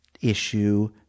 issue